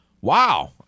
Wow